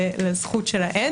לזכות של העד,